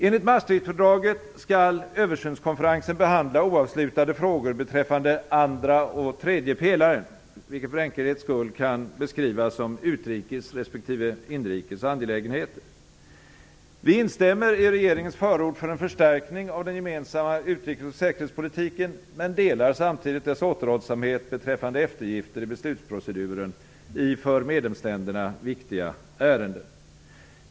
Enligt Maastrichtfördraget skall översynskonferensen behandla oavslutade frågor beträffande andra och tredje pelaren, vilket för enkelhetens skull kan beskrivas som utrikes resp. inrikes angelägenheter. Vi instämmer i regeringens förord för en förstärkning av den gemensamma utrikes och säkerhetspolitiken men delar samtidigt dess återhållsamhet beträffande eftergifter i beslutsproceduren i för medlemsländerna viktiga ärenden.